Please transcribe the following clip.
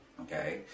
okay